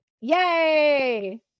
Yay